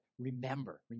remember